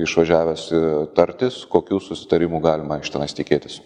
išvažiavęs tartis kokių susitarimų galima iš tavęs tikėtis